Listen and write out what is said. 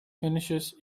finishes